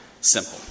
simple